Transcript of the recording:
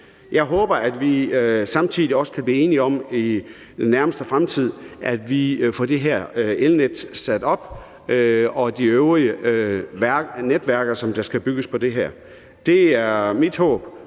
Jeg håber, at vi samtidig også kan blive enige om i den nærmeste fremtid, at vi får det her elnet sat op og de øvrige netværk, som skal bygges på det her. Det er mit håb,